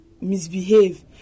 misbehave